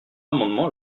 amendement